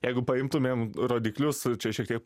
jeigu paimtumėm rodiklius čia šiek tiek